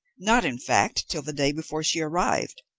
not, in fact, till the day before she arrived,